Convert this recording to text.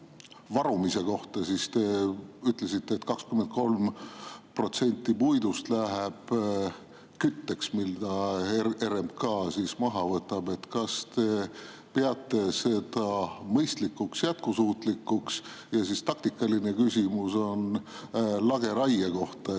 varumise kohta. Te ütlesite, et 23% puidust läheb kütteks, kui RMK [metsa] maha võtab. Kas te peate seda mõistlikuks, jätkusuutlikuks? Taktikaline küsimus on lageraie kohta.